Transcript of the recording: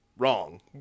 Wrong